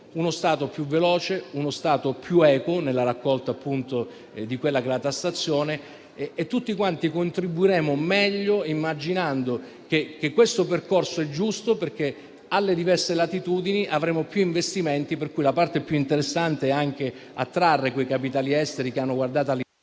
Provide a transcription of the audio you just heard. uno Stato più veloce, uno Stato più equo nella raccolta della tassazione e tutti contribuiremo meglio, immaginando che questo percorso è giusto, perché alle diverse latitudini avremo più investimenti; per cui la parte più interessante è anche attrarre quei capitali esteri che hanno guardato...